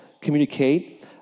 communicate